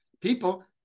people